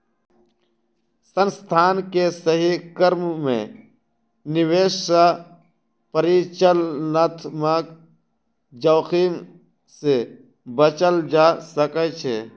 संस्थान के सही क्रम में निवेश सॅ परिचालनात्मक जोखिम से बचल जा सकै छै